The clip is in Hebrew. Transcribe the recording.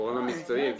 הגורם המקצועי יגיד.